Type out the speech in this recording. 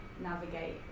navigate